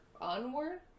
onward